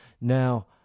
Now